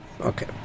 Okay